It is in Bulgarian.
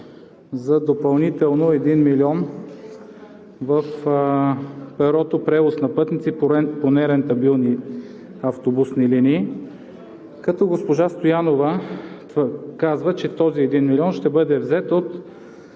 за допълнително 1 милион в перото „Превоз на пътници по нерентабилни автобусни линии“, като госпожа Стоянова казва, че този 1 милион ще бъде взет от